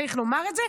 צריך לומר את זה,